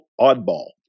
oddball